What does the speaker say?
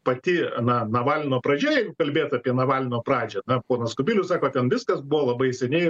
pati na navalno pradžia jeigu kalbėt apie navalno pradžią na ponas kubilius sako ten viskas buvo labai seniai